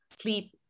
sleep